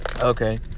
Okay